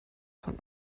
von